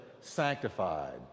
sanctified